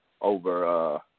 over